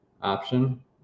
option